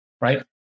Right